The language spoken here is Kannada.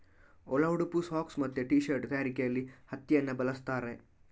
ಒಳ ಉಡುಪು, ಸಾಕ್ಸ್ ಮತ್ತೆ ಟೀ ಶರ್ಟ್ ತಯಾರಿಕೆಯಲ್ಲಿ ಹತ್ತಿಯನ್ನ ಬಳಸ್ತಾರೆ